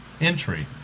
entry